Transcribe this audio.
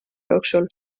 jooksul